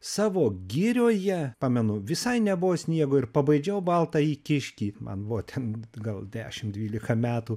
savo girioje pamenu visai nebuvo sniego ir pabaidžiau baltąjį kiškį man buvo ten gal dešim dvylika metų